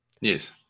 Yes